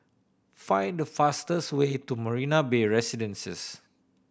find the fastest way to Marina Bay Residences